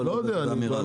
לא מבין את האמירה הזאת.